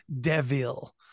devil